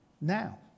now